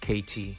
KT